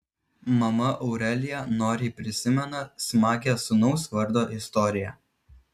mama aurelija noriai prisimena smagią sūnaus vardo istoriją